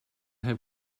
have